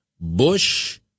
Bush